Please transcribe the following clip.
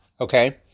Okay